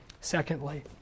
Secondly